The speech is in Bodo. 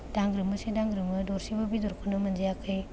दांग्रोमोसो दांग्रोमो दरसेबो बेदरखौनो मोनजायाखै